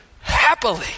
happily